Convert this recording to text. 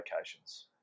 locations